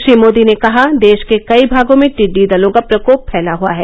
श्री मोदी ने कहा देश के कई भागों में टिड्डी दलों का प्रकोप फैला हुआ है